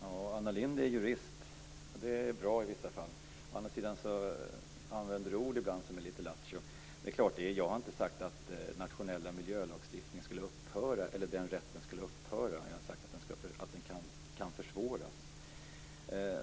Fru talman! Anna Lindh är jurist, och det är bra i vissa fall. Å andra sidan använder hon ibland ord som är litet lattjo. Jag har inte sagt att rätten till nationell miljölagstiftning skulle upphöra. Jag har sagt att den kan försvåras.